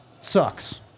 sucks